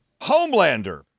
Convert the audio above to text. Homelander